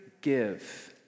give